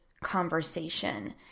conversation